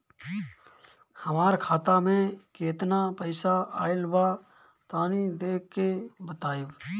हमार खाता मे केतना पईसा आइल बा तनि देख के बतईब?